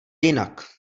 jinak